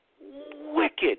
wicked